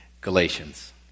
Galatians